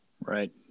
Right